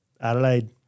Adelaide